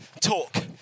talk